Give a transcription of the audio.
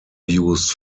used